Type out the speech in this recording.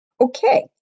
Okay